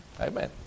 Amen